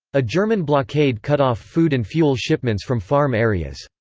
a german blockade cut off food and fuel shipments from farm areas.